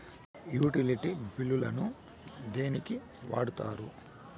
Utility బిల్లులను దేనికి వాడొచ్చు?